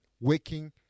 working